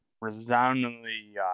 resoundingly